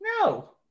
No